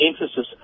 emphasis